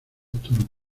turbo